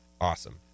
Awesome